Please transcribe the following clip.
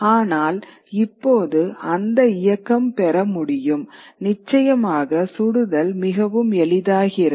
ஆனால் இப்போது அந்த இயக்கம் பெற முடியும் நிச்சயமாக சுடுதல் மிகவும் எளிதாகிறது